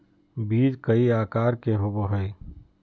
बीज कई आकार के होबो हइ